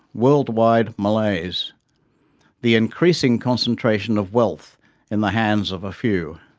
world-wide malaise the increasing concentration of wealth in the hands of a few.